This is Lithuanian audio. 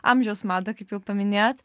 amžiaus madą kaip jau paminėjot